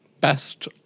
Best